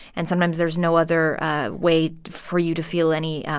and sometimes, there's no other way for you to feel any